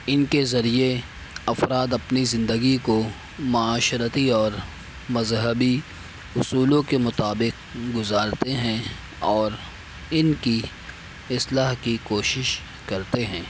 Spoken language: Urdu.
ان کے ذریعے افراد اپنی زندگی کو معاشرتی اور مذہبی اصولوں کے مطابق گزارتے ہیں اور ان کی اصلاح کی کوشش کرتے ہیں